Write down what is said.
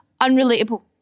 unrelatable